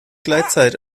gleitzeit